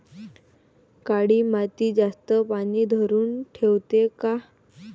काळी माती जास्त पानी धरुन ठेवते का?